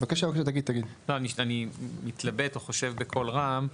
אני מתלבט או חושב בקול רם,